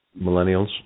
millennials